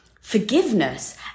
forgiveness